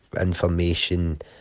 information